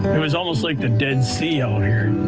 it was almost like the dead sea out here.